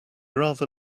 rather